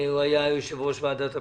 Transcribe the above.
הוא היה יושב-ראש ועדת הפנים,